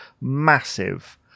massive